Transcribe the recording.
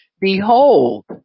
behold